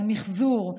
מחזור,